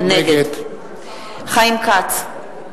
נגד חיים כץ,